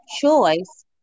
choice